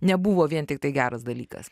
nebuvo vien tik tai geras dalykas